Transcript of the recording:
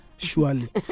Surely